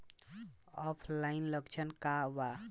ऑफलाइनके लक्षण क वा?